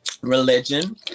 religion